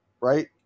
right